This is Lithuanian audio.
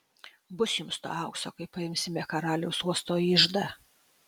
bus jums to aukso kai paimsime karaliaus uosto iždą